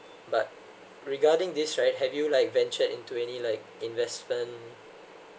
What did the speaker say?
but regarding this right have you like ventured into any like investment